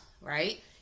right